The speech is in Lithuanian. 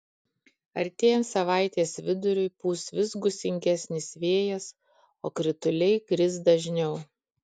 artėjant savaitės viduriui pūs vis gūsingesnis vėjas o krituliai kris dažniau